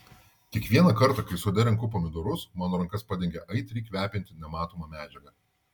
kiekvieną kartą kai sode renku pomidorus mano rankas padengia aitriai kvepianti nematoma medžiaga